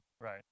Right